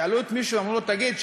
שאלו מישהו ואמרו לו: תגיד,